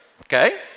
okay